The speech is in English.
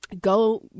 go